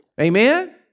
Amen